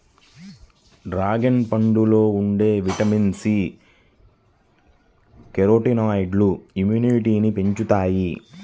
dragon పండులో ఉండే vitamin C, కెరోటినాయిడ్లు ఇమ్యునిటీని పెంచుతాయి